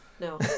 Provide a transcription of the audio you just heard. No